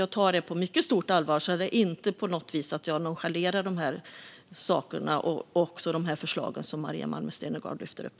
Jag tar detta på mycket stort allvar, och jag nonchalerar inte på något vis de förslag som Maria Malmer Stenergard lyfter fram.